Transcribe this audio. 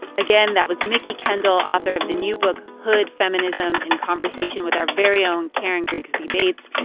again, that was mikki kendall, author of the new book hood feminism, in conversation with our very own karen grigsby bates.